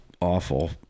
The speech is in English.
awful